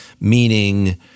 meaning